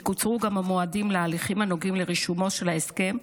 יקוצרו גם המועדים להליכים הנוגעים לרישומו של ההסכם,